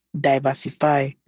diversify